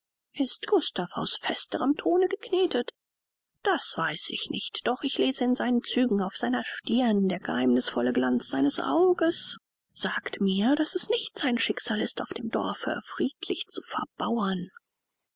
ist gustav aus festerem thone geknetet das weiß ich nicht doch ich lese in seinen zügen auf seiner stirn der geheimnißvolle glanz seines auges sagt mir daß es nicht sein schicksal ist auf dem dorfe friedlich zu verbauern